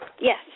yes